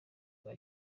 bwa